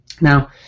Now